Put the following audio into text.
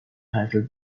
title